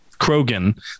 Krogan